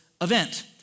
event